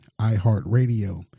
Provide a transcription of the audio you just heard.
iHeartRadio